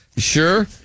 Sure